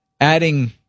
Adding